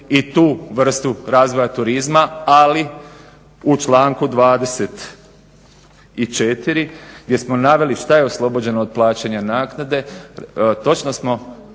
i tu vrstu razvoja turizma, ali u članku 24. gdje smo naveli šta je oslobođeno od plaćanja naknade, točno smo